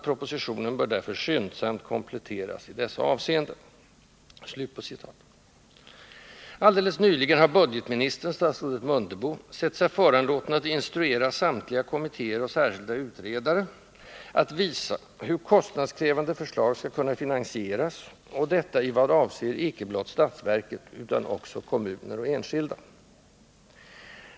——- Propositionen bör därför skyndsamt kompletteras i dessa avseenden.” Alldeles nyligen har budgetministern, statsrådet Mundebo, sett sig föranlåten att instruera samtliga kommittéer och särskilda utredare att visa hur kostnadskrävande förslag skall kunna finansieras, och detta i vad avser icke blott statsverket utan också kommuner och enskilda.